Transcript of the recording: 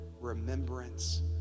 remembrance